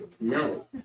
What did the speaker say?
No